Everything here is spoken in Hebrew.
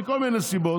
מכל מיני סיבות,